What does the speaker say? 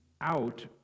out